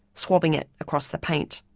swabbing it across the paint.